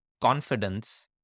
confidence